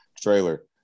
trailer